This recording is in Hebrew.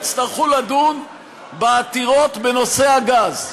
יצטרכו לדון בעתירות בנושא הגז?